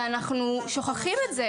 ואנחנו שוכחים את זה,